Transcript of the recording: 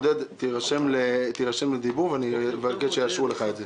עודד, תירשם לדיבור ואני אבקש שיאשרו לך את זה.